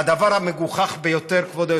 והדבר המגוחך ביותר בנושא המרכולים,